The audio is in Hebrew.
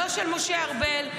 לא של משה ארבל,